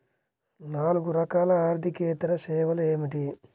నాలుగు రకాల ఆర్థికేతర సేవలు ఏమిటీ?